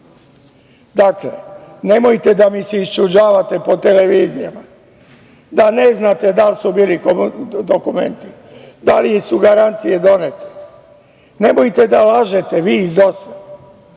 april. Dakle, nemojte da mi se iščuđavate po televizijama da ne znate da li su bili dokumenti, da li su garancije donete. Nemojte da lažete vi iz